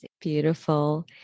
Beautiful